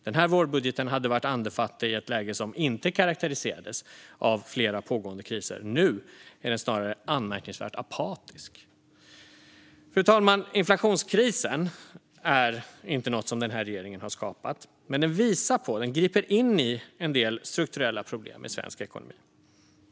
Den här vårbudgeten hade varit andefattig i ett läge som inte karakteriserades av flera pågående kriser. Nu är den snarare anmärkningsvärt apatisk. Fru talman! Inflationskrisen är inte något som den här regeringen har skapat. Men den visar på och griper in i en del strukturella problem i svensk ekonomi.